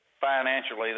financially